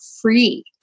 free